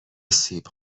سیب